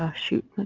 ah shoot,